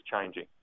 changing